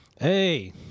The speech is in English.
Hey